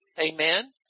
Amen